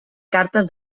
cartes